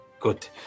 Good